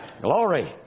Glory